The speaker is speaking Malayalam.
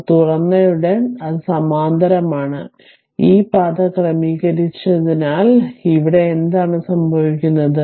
അത് തുറന്നയുടൻ അത് സമാന്തരമാണ് ഈ പാത ക്രമീകരിച്ചതിനാൽ ഇവിടെ എന്താണ് സംഭവിക്കുന്നത്